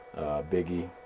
Biggie